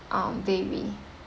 um vary